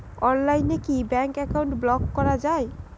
অনলাইনে কি bank account block করা য়ায়?